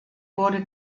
wurde